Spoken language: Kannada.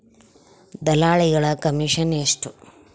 ದಲ್ಲಾಳಿಗಳ ಕಮಿಷನ್ ಎಷ್ಟು?